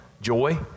joy